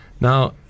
now